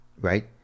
right